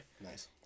Nice